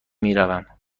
میروم